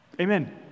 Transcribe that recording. Amen